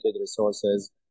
resources